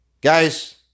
Guys